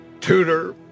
tutor